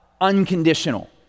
Unconditional